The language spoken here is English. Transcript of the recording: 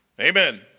Amen